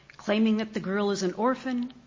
claiming that the girl is an orphan,